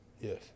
Yes